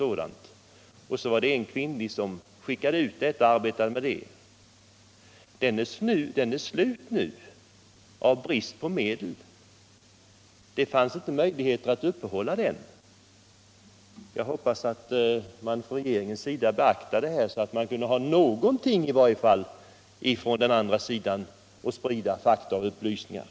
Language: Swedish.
och en kvinnlig anställd som arbetade med att skicka ut detta material. Denna informationstjänst har nu slutat sin verksamhet av brist på medel. Det fanns inte möjligheter att uppehålla den. Jag hoppas att man från regeringens sida beaktar detta så att det i varje fall kan finnas någon möjlighet att från den andra sidan sprida fakta och upplysningar.